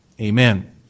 Amen